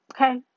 Okay